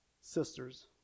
sisters